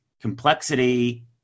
Complexity